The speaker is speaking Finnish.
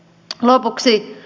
lopuksi